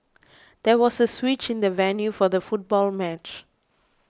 there was a switch in the venue for the football match